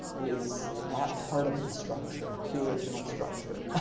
is not part of the structure, the original structure